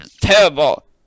terrible